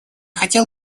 хотел